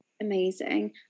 Amazing